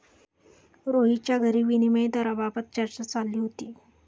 रोहितच्या घरी विनिमय दराबाबत चर्चा चालली होती